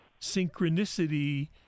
Synchronicity